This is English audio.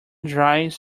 dries